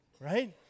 Right